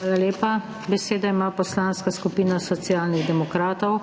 Hvala lepa. Besedo ima Poslanska skupina Socialnih demokratov,